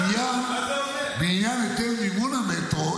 בעניין היטל מימון המטרו,